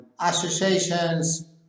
Associations